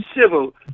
civil